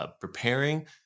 preparing